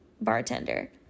bartender